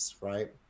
right